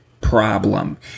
problem